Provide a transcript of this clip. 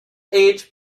age